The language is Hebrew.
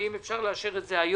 ואם אפשר היום.